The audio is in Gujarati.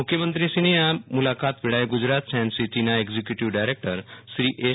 મુખ્યમંત્રીશ્રીની આ મુલાકાત વેળાએ ગુજરાત સાયન્સ સીટીના એક્ઝિક્યુટિવ ડાયરેક્ટરશ્રી એસ